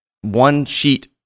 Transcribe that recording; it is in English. one-sheet